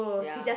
ya